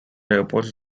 airports